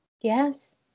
Yes